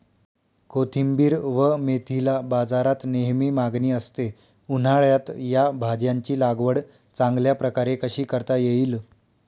कोथिंबिर व मेथीला बाजारात नेहमी मागणी असते, उन्हाळ्यात या भाज्यांची लागवड चांगल्या प्रकारे कशी करता येईल?